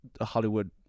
Hollywood